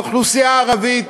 והאוכלוסייה הערבית,